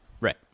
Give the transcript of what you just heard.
Right